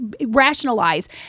rationalize